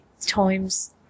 Times